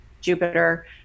Jupiter